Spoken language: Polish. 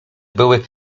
były